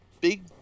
big